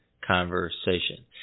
conversation